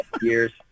years